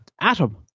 Atom